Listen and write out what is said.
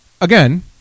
again